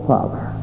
Father